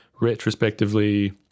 retrospectively